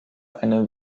eine